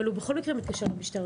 אבל הוא בכל מקרה מתקשר למשטרה.